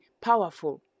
powerful